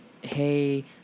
hey